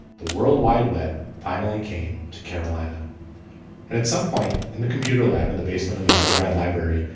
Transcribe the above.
the world wide web finally came to carolina and at some point in the computer lab in the basement of the undergrad library,